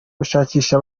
gushakisha